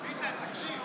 ביטן, תקשיב.